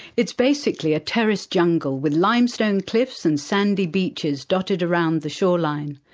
it's basically a terraced jungle with limestone cliffs and sandy beaches dotted around the shoreline.